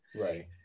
Right